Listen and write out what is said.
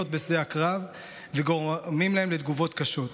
בשדה הקרב וגורמים להם לתגובות קשות.